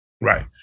Right